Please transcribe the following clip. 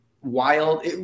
wild